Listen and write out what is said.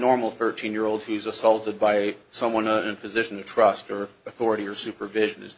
normal thirteen year olds he's assaulted by someone a position of trust or authority or supervision is